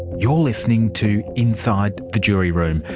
you're listening to inside the jury room,